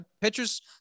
pitchers